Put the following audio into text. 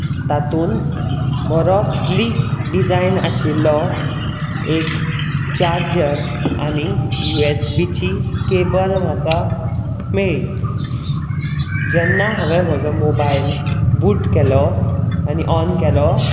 तातून बरो sleek design आशिल्लो एक चार्जर आनी यु एस बी ची केबल म्हाका मेळ्ळी जेन्ना हांवें म्हजो मोबायल बूट केलो आनी ऑन केलो